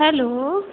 hello